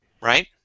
right